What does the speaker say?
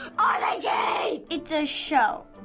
ah are they gay! it's a show.